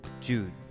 Jude